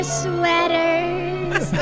sweaters